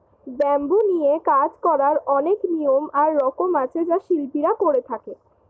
bamboo নিয়ে কাজ করার অনেক নিয়ম আর রকম আছে যা শিল্পীরা করে থাকে